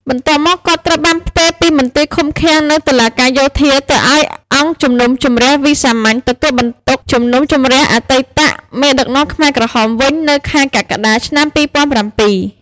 បន្ទាប់មក គាត់ ត្រូវបានផ្ទេរពីមន្ទីរឃុំឃាំងនៃតុលាការយោធា ទៅឱ្យអង្គជំនុំជម្រះវិសាមញ្ញ ទទួលបន្ទុកជំនុំជម្រះអតីតមេដឹកនាំខ្មែរក្រហមវិញនៅខែកក្កដា ឆ្នាំ ២០០៧។